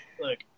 Look